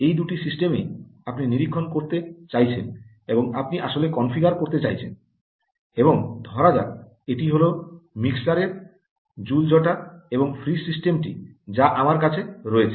এই দুটি সিস্টেমই আপনি নিরীক্ষণ করতে চাইছেন এবং আপনি আসলে কনফিগার করতে চাইছেন এবং ধরা যাক এটি হল মিক্সার এর জুল জটার এবং ফ্রিজ সিস্টেমটি যা আমার কাছে রয়েছে